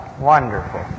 Wonderful